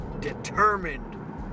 determined